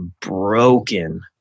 broken